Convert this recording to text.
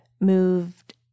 moved